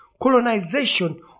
colonization